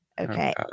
Okay